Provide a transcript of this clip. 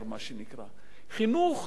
חינוך הוא האפשרות